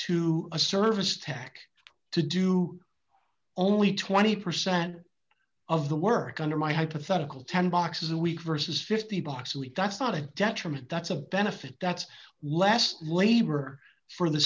to a service tac to do only twenty percent of the work under my hypothetical ten boxes a week versus fifty dollars a week that's not a detriment that's a benefit that's less labor for the